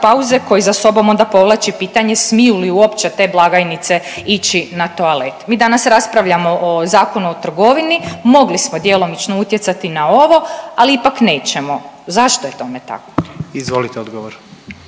pauze koji za sobom onda povlači pitanje smiju li uopće te blagajnice ići na toalet. Mi danas raspravljamo o Zakonu o trgovini, mogli smo djelomično utjecati na ovo, ali ipak nećemo. Zašto je tome tako? **Jandroković,